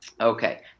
Okay